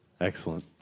Excellent